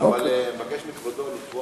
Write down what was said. כן, אבל אני מבקש מכבודו לתבוע